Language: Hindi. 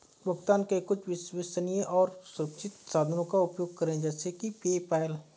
भुगतान के कुछ विश्वसनीय और सुरक्षित साधनों का उपयोग करें जैसे कि पेपैल